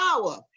power